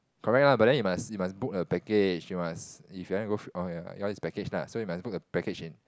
correct lah but then you must you must book a package you must if you wanna go fr~ orh yours is package lah so you must book your package in